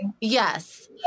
yes